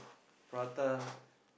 prata